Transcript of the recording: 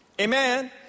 Amen